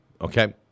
okay